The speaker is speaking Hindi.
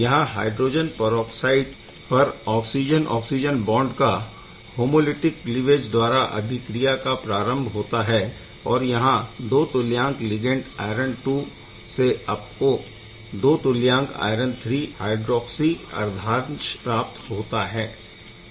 यहाँ हाइड्रोजन परऑक्साइड पर ऑक्सिजन ऑक्सिजन बॉन्ड का होमोलिटिक क्लीवेज द्वारा अभिक्रिया का प्रारम्भ होता हैं और यहाँ 2 तुल्यांक लिगैण्ड आइरन II से आपको 2 तुल्यांक आयरन III हाइड्रोक्सी अर्धांश प्राप्त होता है